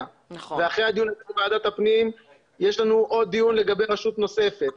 ואחרי הדיון הזה בוועדת הפנים יש לנו עוד דיון לגבי רשות נוספת.